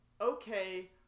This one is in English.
Okay